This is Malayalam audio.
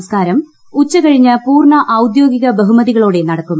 സംസ്കാരം ഉച്ചകഴിഞ്ഞ് പൂർണ്ണ ഔദ്യോഗിക ബഹുമതികളോടെ നടക്കും